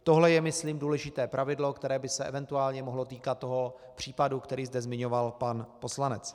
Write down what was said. Tohle je myslím důležité pravidlo, které by se eventuálně mohlo týkat toho případu, který zde zmiňoval pan poslanec.